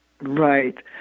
Right